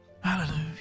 Hallelujah